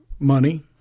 Money